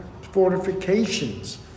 fortifications